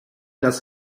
das